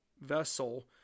vessel